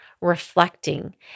reflecting